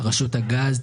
רשות הגז,